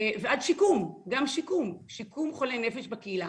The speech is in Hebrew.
ועד שיקום, גם שיקום, שיקום מתמודדי נפש בקהילה,